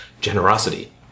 generosity